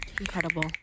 Incredible